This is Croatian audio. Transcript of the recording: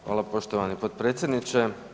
Hvala poštovani potpredsjedniče.